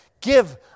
Give